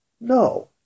No